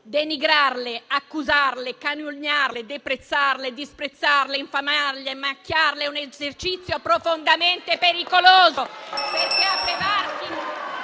Denigrarle, accusarle, calunniarle, deprezzarle, disprezzarle, infamarle e macchiarle è un esercizio profondamente pericoloso.